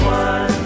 one